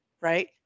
right